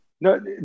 No